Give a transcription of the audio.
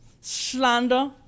slander